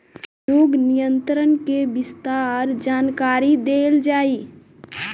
रोग नियंत्रण के विस्तार जानकरी देल जाई?